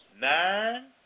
Nine